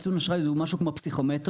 ציון האשראי הוא משהו כמו הפסיכומטרי,